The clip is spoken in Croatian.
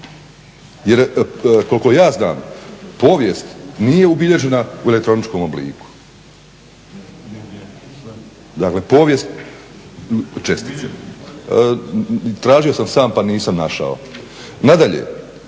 jer koliko ja znam povijest nije ubilježena u elektroničkom obliku. Dakle povijest čestice. Tražio sam sam pa nisam našao. Nadalje